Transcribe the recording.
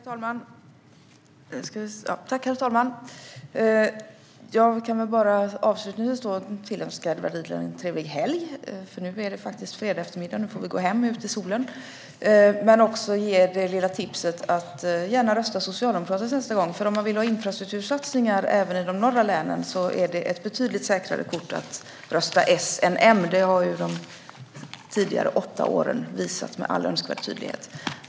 Svar på interpellationer Herr talman! Då kan jag bara avslutningsvis tillönska Edward Riedl en trevlig helg, för nu är det fredagseftermiddag och vi får gå ut i solen och hem. Jag kan också ge det lilla tipset att gärna rösta socialdemokratiskt nästa gång. Om man vill ha infrastruktursatsningar även i de norra länen är det ett betydligt säkrare kort att rösta S än M; det har de tidigare åtta åren visat med all önskvärd tydlighet.